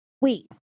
Wait